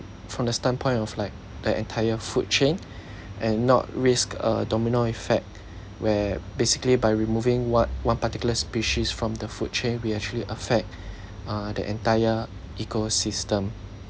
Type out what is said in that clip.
from the stand point of like the entire food chain and not risk a domino effect where basically by removing what one particular species from the food chain we actually affect uh the entire ecosystem